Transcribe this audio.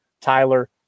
Tyler